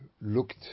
looked